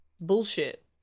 Bullshit